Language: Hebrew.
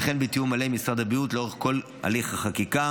וכן בתיאום מלא עם משרד הבריאות לאורך כל הליך החקיקה.